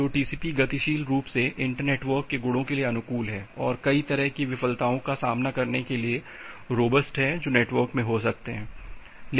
तो टीसीपी गतिशील रूप से इंटर नेटवर्क के गुणों के लिए अनुकूल है और कई तरह की विफलताओं का सामना करने के लिए रोबस्ट है जो नेटवर्क में हो सकते हैं